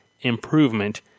improvement